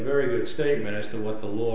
very good statement as to what the la